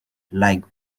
like